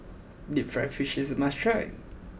Deep Fried Fish is a must try